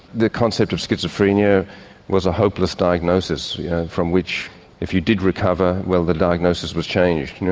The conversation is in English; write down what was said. the concept of schizophrenia was a hopeless diagnosis from which if you did recover, well the diagnosis was changed, you know